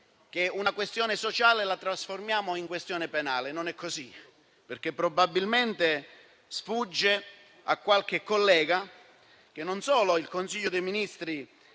una questione sociale in questione penale. Non è così, perché probabilmente sfugge a qualche collega che non solo il Consiglio dei ministri